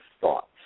thoughts